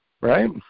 right